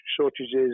shortages